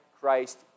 Christ